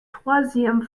troisième